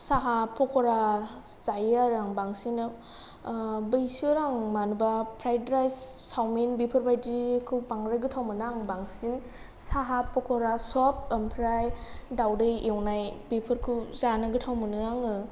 साहा पकरा जायो आरो आं बांसिनै बैसोर आं मानोबा फ्राइड राइस चाउमिन बेफोरबायदिखौ बांद्राय गोथाव मोना आं बांसिन साहा पकरा सप ओमफ्राय दाउदै एवनाय बेफोरखौ जानो गोथाव मोनो आङो